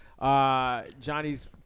Johnny's